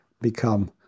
become